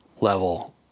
level